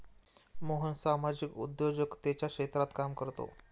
मोहन सामाजिक उद्योजकतेच्या क्षेत्रात काम करतो